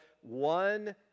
one